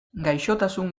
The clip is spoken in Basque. gaixotasun